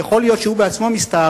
יכול להיות שהוא בעצמו מסתערב,